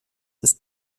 ist